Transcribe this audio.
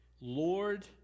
Lord